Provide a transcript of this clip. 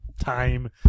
time